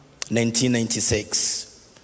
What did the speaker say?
1996